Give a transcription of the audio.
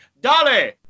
Dolly